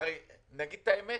נגיד את האמת,